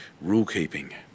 rule-keeping